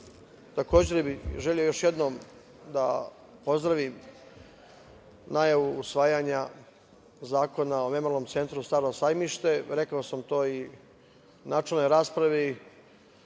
takođe bih želeo još jednom da pozdravim najavu usvajanja zakona o Memorijalnom centru „Staro sajmište“.Rekao sam to i u načelnoj raspravi,